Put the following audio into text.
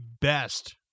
best